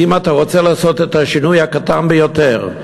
אם אתה רוצה לעשות את השינוי הקטן ביותר,